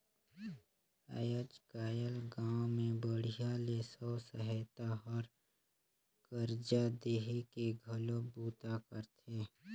आयज कायल गांव मे बड़िहा ले स्व सहायता हर करजा देहे के घलो बूता करथे